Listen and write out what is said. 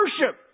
worship